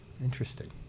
interesting